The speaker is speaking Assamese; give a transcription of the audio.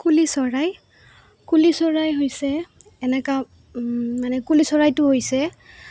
কুলি চৰাই কুলি চৰাই হৈছে এনেকুৱা মানে কুলি চৰাইটো হৈছে